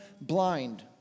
blind